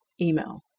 email